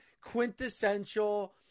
quintessential